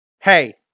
Hey